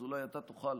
אז אולי אתה תוכל